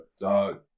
Dog